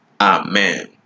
Amen